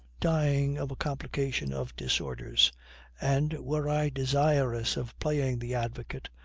dying of a complication of disorders and, were i desirous of playing the advocate,